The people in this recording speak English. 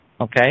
Okay